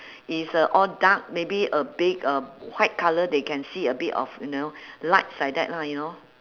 is uh all dark maybe a bit of white colour they can see a bit of you know lights like that lah you know